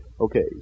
Okay